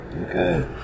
Okay